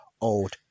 Old